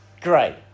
Great